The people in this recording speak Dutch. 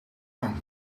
van